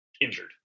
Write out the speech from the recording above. injured